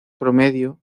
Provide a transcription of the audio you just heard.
promedio